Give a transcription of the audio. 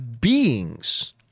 beings